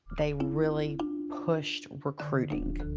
they really pushed recruiting,